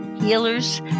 healers